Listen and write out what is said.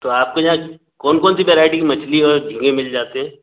तो आपके यहाँ कौन कौन सी वैराइटी की मछली और झींगे मिल जाते हैं